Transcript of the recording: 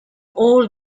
all